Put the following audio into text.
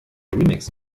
remix